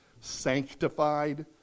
sanctified